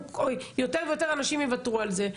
ואם יותר ויותר אנשים יוותרו על זה.